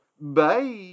Bye